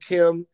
Kim